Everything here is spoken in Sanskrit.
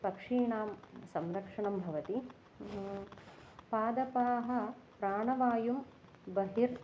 पक्षीणां संरक्षणं भवति पादपाः प्राणवायुं बहिर्